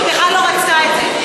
שבכלל לא רצתה את זה.